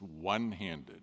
one-handed